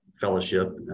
fellowship